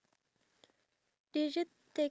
okay